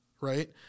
right